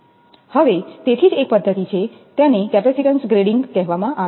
હવે તેથી જ એક પદ્ધતિ છે તેને કેપેસિટેન્સ ગ્રેડિંગ કહેવામાં આવે છે